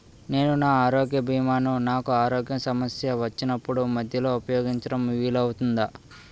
నేను నా ఆరోగ్య భీమా ను నాకు ఆరోగ్య సమస్య వచ్చినప్పుడు మధ్యలో ఉపయోగించడం వీలు అవుతుందా?